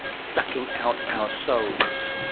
sucking out our souls.